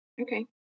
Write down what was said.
Okay